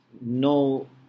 No